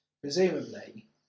presumably